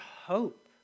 hope